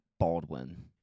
Baldwin